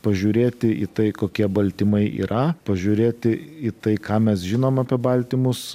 pažiūrėti į tai kokie baltymai yra pažiūrėti į tai ką mes žinom apie baltymus